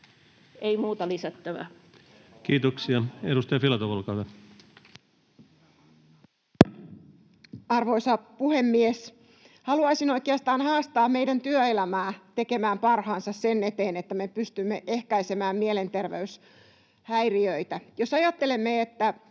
Ei muuta lisättävää. Kiitoksia. — Edustaja Filatov, olkaa hyvä. Arvoisa puhemies! Haluaisin oikeastaan haastaa meidän työelämää tekemään parhaansa sen eteen, että me pystymme ehkäisemään mielenterveyshäiriöitä. Jos ajattelemme, että